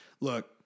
look